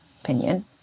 opinion